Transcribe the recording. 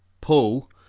Paul